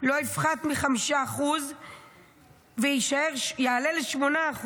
לא יפחת מ-5% ויעלה ל-8%.